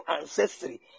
ancestry